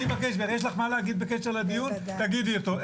אם יש לך מה להגיד בקשר לדיון, תגידי אותו.